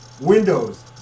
windows